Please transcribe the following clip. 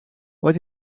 what